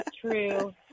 true